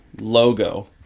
logo